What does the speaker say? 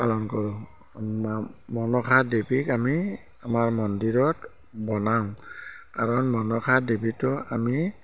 পালন কৰোঁ মা মনসা দেৱীক আমি আমাৰ মন্দিৰত বনাওঁ কাৰণ মনসা দেৱীটো আমি